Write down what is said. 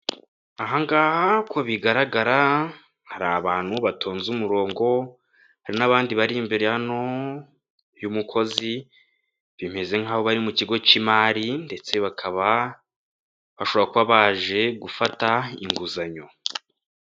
Aha ngaha uko bigaragara hari abantu batonnze umurongo, hari n'abandi bari imbere hano y'umukozi, bimeze nkaho bari mu kigo cy'imari ndetse bakaba bashobora kuba baje gufata inguzanyo.